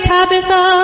Tabitha